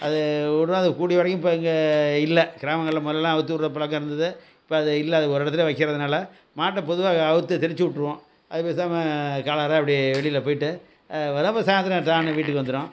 அது கூடிய வரைக்கும் இப்போ இங்கே இல்லை கிராமங்கள்ல முதல்லலாம் அவுத்து விடுற பழக்கம் இருந்தது இப்போ அது இல்லை அது ஒரு இடத்துல வைக்கிறதனால மாட்டை பொதுவாக அவுத்து திணிச்சுவிட்ருவோம் அது பேசாமல் காலால் அப்படி வெளியில போய்ட்டு அது வரும் அப்புறம் சாயந்தரம் டான்னு வீட்டுக்கு வந்துடும்